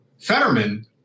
Fetterman